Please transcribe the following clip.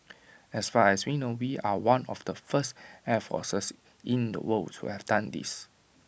as far as we know we are one of the first air forces in the world to have done this